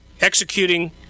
executing